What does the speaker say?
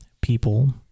people